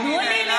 אני הייתי נעלב,